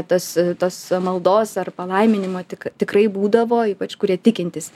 tas tos maldos ar palaiminimo tik tikrai būdavo ypač kurie tikintys